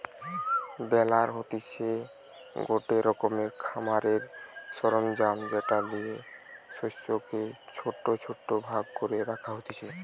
বেলার হতিছে গটে রকমের খামারের সরঞ্জাম যেটা দিয়ে শস্যকে ছোট ছোট ভাগ করে রাখা হতিছে